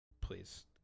Please